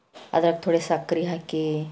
ಅದಕ್ಕೆ ತೊಡೆ ಸಕ್ರೆ ಹಾಕಿ